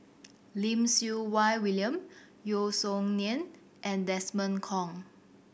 Lim Siew Wai William Yeo Song Nian and Desmond Kon